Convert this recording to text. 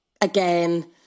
again